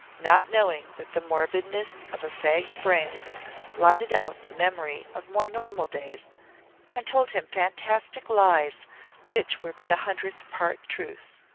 not knowing that the morbidness of a fagged brain blotted out the memory of more normal days and told him fantastic lies which were but a hundredth part truth.